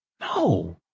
no